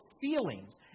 feelings